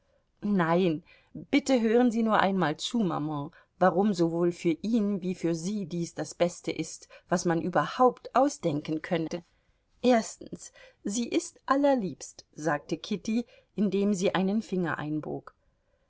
nein bitte hören sie nur einmal zu mama warum sowohl für ihn wie für sie dies das beste ist was man überhaupt ausdenken könnte erstens sie ist allerliebst sagte kitty indem sie einen finger einbog